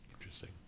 Interesting